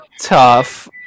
tough